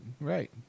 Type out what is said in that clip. Right